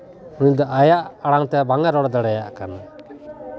ᱩᱱᱤ ᱫᱚ ᱟᱭᱟᱜ ᱟᱲᱟᱝ ᱛᱮ ᱵᱟᱝᱮ ᱨᱚᱲ ᱫᱟᱲᱮᱭᱟᱜ ᱠᱟᱱᱟ